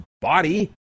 body